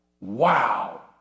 Wow